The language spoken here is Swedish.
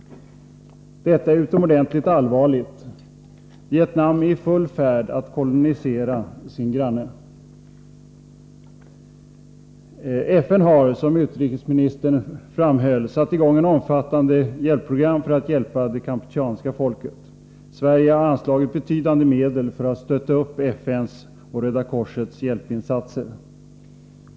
Detta är utomordentligt allvarligt. Vietnam är i full färd med att kolonisera sin granne. FN har, som utrikesministern framhöll, satt i gång ett omfattande hjälpprogram för att hjälpa det kampucheanska folket. Sverige har anslagit betydande medel för att stötta upp FN:s och Röda korsets hjälpinsatser.